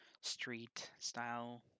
street-style